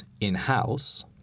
in-house